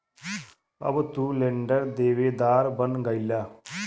अब तू लेंडर देवेदार बन गईला